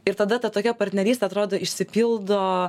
ir tada ta tokia partnerystė atrodo išsipildo